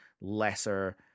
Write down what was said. lesser